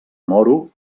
moro